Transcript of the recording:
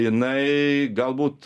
jinai galbūt